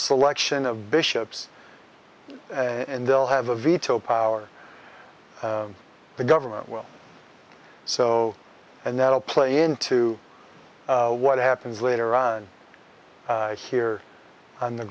selection of bishops and they'll have a veto power the government well so and that will play into what happens later on here on the